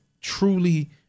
truly